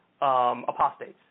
apostates